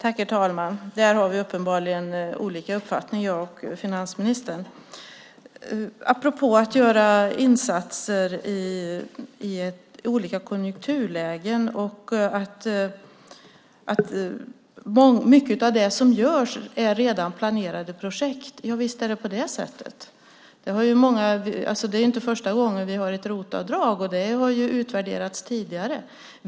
Herr talman! Där har vi uppenbarligen olika uppfattning, jag och finansministern. Apropå att göra insatser i olika konjunkturlägen och att mycket av det som görs redan är planerade projekt - javisst är det på det sättet! Det är inte första gången vi har ett ROT-avdrag, och det har utvärderats tidigare.